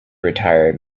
retire